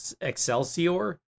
Excelsior